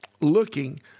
looking